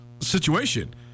situation